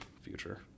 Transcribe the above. future